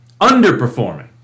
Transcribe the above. underperforming